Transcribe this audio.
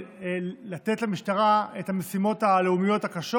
לתת למשטרה את המשימות הלאומיות הקשות